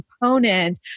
component